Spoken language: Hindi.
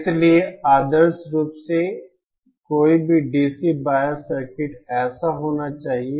इसलिए आदर्श रूप से कोई भी DC बायस्ड सर्किट ऐसा होना चाहिए